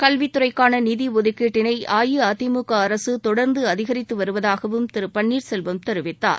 கல்வித்துறைக்கான நிதி நடுதுக்கீட்டினை அஇஅதிமுக அரசு தொடர்ந்து அதிகரித்து வருவதாகவும் திரு பன்னீர்செல்வம் தெரிவித்தார்